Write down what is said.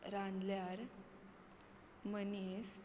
रांदल्यार मनीस